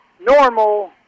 normal